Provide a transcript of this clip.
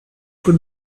could